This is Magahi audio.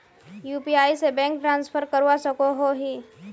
यु.पी.आई से बैंक ट्रांसफर करवा सकोहो ही?